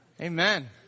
Amen